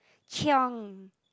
chiong